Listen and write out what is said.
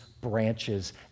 branches